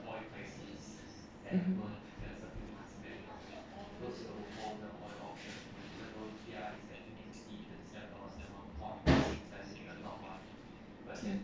mm